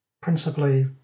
principally